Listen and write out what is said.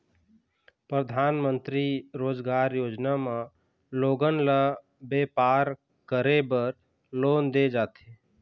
परधानमंतरी रोजगार योजना म लोगन ल बेपार करे बर लोन दे जाथे